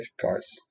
cars